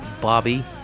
Bobby